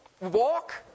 walk